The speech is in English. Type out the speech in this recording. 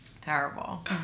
Terrible